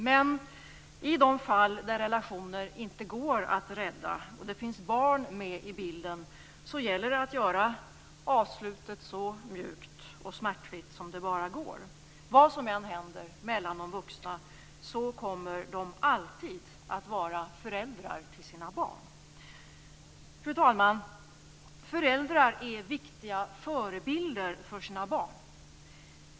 Men i de fall där relationer inte går att rädda, och det finns barn med i bilden, gäller det att göra avslutet så mjukt och smärtfritt som det bara går. Vad som än händer mellan de vuxna, kommer de alltid att vara föräldrar till sina barn. Fru talman! Föräldrar är viktiga förebilder för sina barn.